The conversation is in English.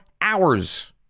hours